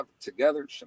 together